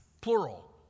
plural